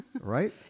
Right